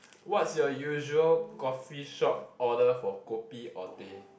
what's your usual coffee shop order for kopi or teh